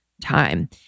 time